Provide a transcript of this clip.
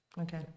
Okay